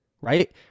right